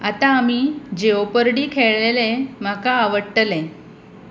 आतां आमी जेओपर्डी खेळलेले म्हाका आवडटलें